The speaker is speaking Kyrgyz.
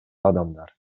адамдар